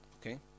Okay